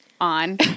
on